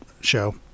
show